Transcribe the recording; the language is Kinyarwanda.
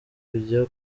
kujya